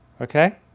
okay